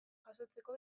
jasotzeko